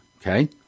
okay